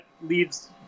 leaves